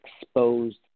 exposed